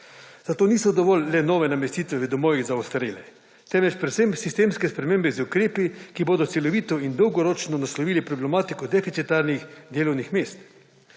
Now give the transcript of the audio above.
Zato niso dovolj le nove namestitve v domovih za ostarele, temveč predvsem sistemske spremembe z ukrepi, ki bodo celovito in dolgoročno naslovili problematiko deficitiranih delovnih mest.